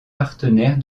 partenaire